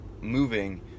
moving